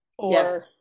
Yes